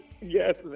Yes